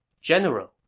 General